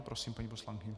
Prosím, paní poslankyně.